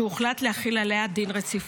שהוחלט להחיל עליה דין רציפות.